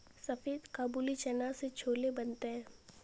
सफेद काबुली चना से छोले बनते हैं